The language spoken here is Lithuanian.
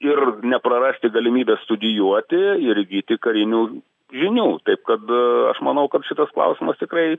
ir neprarasti galimybės studijuoti ir įgyti karinių žinių taip kad aš manau kad šitas klausimas tikrai